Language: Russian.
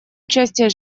участия